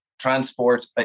transport